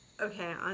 Okay